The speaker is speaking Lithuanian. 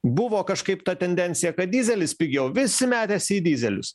buvo kažkaip ta tendencija kad dyzelis pigiau visi metėsi į dyzelius